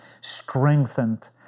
Strengthened